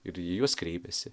ir į jus kreipėsi